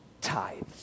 tithes